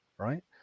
right